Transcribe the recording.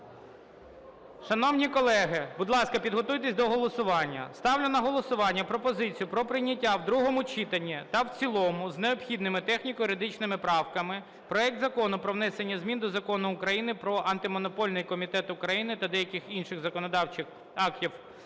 Шановні колеги, будь ласка, підготуйтесь до голосування. Ставлю на голосування пропозицію про прийняття в другому читанні та в цілому з необхідними техніко-юридичними правками проект Закону про внесення змін до Закону України "Про Антимонопольний комітет України" та деяких інших законодавчих актів